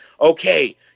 okay